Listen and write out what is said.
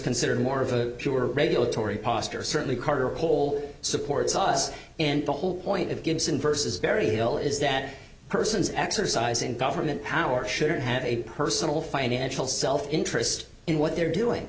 considered more of a regulatory posture certainly carter poll supports us and the whole point of gibson versus barry hill is that persons exercising government power shouldn't have a personal financial interest in what they're doing